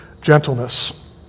gentleness